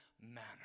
manner